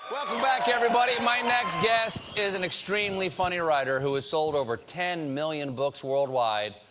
welcome back, everybody. my next guest is an extremely funny writer who has sold over ten million books worldwide.